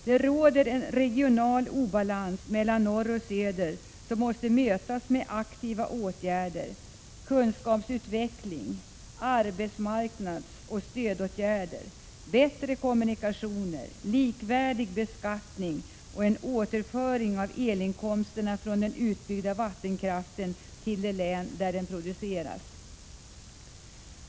Det råder en regional obalans mellan norr och söder som måste mötas med aktiva åtgärder, kunskapsutveckling, arbetsmarknadsoch stödåtgärder, bättre kommunikationer, likvärdig beskattning och en återföring av elinkomsterna från den utbyggda vattenkraften till de län där den produceras.